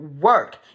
work